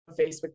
Facebook